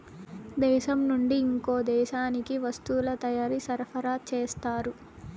దేశం నుండి ఇంకో దేశానికి వస్తువుల తయారీ సరఫరా చేస్తారు